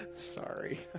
sorry